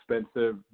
expensive